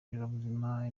nderabuzima